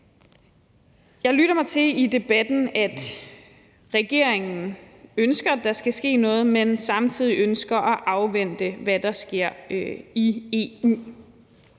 Jeg lytter mig til i debatten, at regeringen ønsker, at der skal ske noget, men man samtidig ønsker at afvente, hvad der sker i EU.